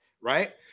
right